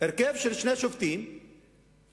הרכב של שני שופטים מנמקים,